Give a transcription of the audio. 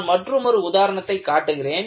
நான் மற்றுமொரு உதாரணத்தை காட்டுகிறேன்